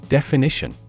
Definition